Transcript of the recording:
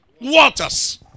waters